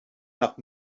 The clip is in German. nach